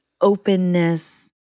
openness